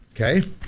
Okay